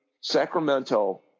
Sacramento